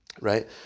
right